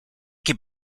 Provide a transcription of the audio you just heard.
can